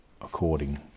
according